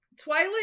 Twilight